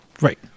Right